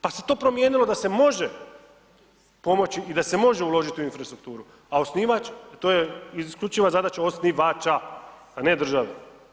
Pa se to promijenilo da se može pomoći i da se može uložiti u infrastrukturu a osnivač i to je isključiva zadaća osnivača a ne države.